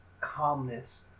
calmness